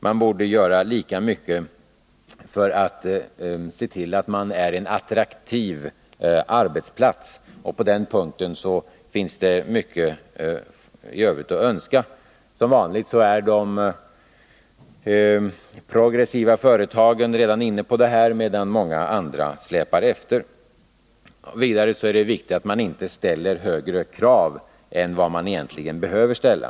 Man borde göra lika mycket för att se till att man blir en attraktiv arbetsplats. På den punkten finns det mycket Övrigt att önska. Som vanligt är de progressiva företagen redan inne på detta, medan många andra släpar efter. Vidare är det viktigt att man inte ställer högre krav än vad man egentligen behöver ställa.